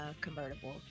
convertible